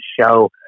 show